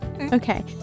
Okay